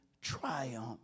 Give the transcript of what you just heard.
triumph